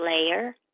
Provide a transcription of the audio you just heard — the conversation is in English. layer